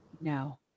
no